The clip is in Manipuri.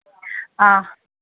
ꯑ